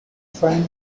fine